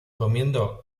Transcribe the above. comiendo